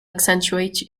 accentuate